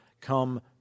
come